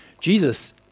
Jesus